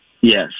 Yes